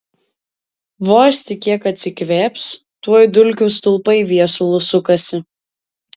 vos tik kiek atsikvėps tuoj dulkių stulpai viesulu sukasi